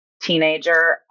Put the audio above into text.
Teenager